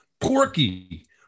Porky